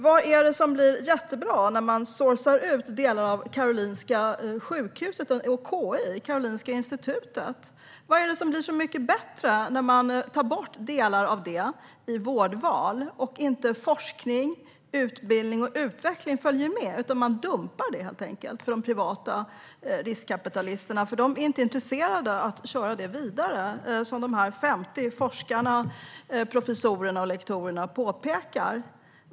Vad är det som blir jättebra när man "sourcar ut" delar av Karolinska sjukhuset och KI, Karolinska Institutet? Vad är det som blir så mycket bättre när man tar bort delar av det i vårdval men forskning, utbildning och utveckling inte följer med? Man dumpar helt enkelt det eftersom de privata riskkapitalisterna inte är intresserade av att köra det vidare, som de 50 forskarna, professorerna och lektorerna påpekar.